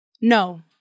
No